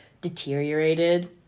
deteriorated